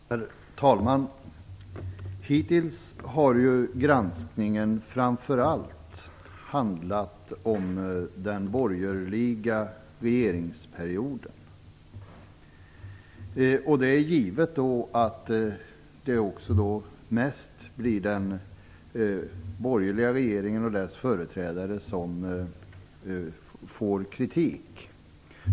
Herr talman! Hittills har granskningen framför allt handlat om den borgerliga regeringsperioden. Det är givet att det också då mest blir den borgerliga regeringen och dess företrädare som får kritik.